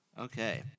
Okay